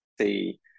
see